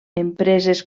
empreses